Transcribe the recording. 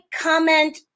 comment